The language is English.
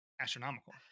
astronomical